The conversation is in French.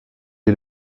est